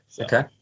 Okay